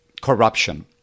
corruption